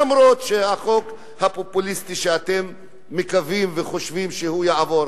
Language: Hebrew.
למרות החוק הפופוליסטי שאתם מקווים וחושבים שהוא יעבור.